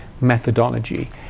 methodology